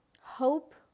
Hope